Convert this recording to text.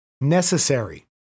necessary